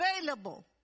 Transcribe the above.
available